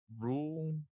rule